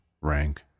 rank